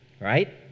Right